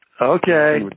okay